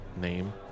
name